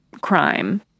crime